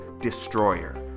destroyer